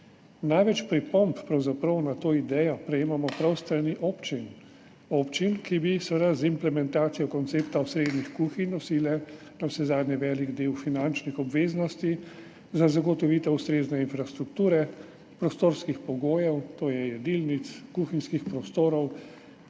Največ pripomb pravzaprav na to idejo prejemamo prav s strani občin, ki bi seveda z implementacijo koncepta osrednjih kuhinj nosile navsezadnje velik del finančnih obveznosti za zagotovitev ustrezne infrastrukture, prostorskih pogojev, to je jedilnic, kuhinjskih prostorov,